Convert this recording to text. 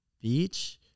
beach